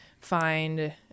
find